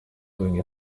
doing